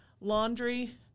laundry